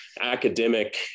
academic